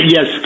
Yes